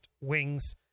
wings